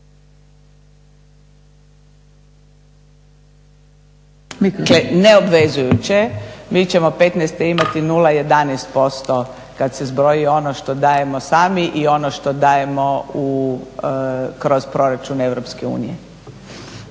Neobvezujuće je, mi ćemo 15. imati 0,11% kad se zbroji ono što dajemo sami i ono što dajemo kroz proračun EU.